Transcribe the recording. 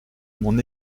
mon